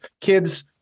Kids